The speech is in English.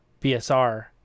BSR